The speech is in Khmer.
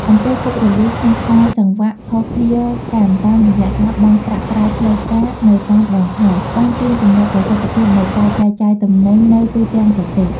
អំពើពុករលួយ ក្នុងខ្សែសង្វាក់ភស្តុភារកម្ម តាមរយៈការបង់ប្រាក់ក្រៅផ្លូវការនៅតាមដងផ្លូវ បានទាញទម្លាក់ប្រសិទ្ធភាពនៃការចែកចាយទំនិញនៅទូទាំងប្រទេស។